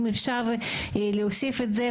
אם אפשר להוסיף את זה,